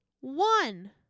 One